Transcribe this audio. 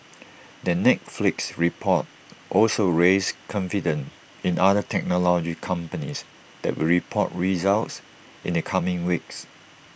the Netflix report also raised confidence in other technology companies that will report results in the coming weeks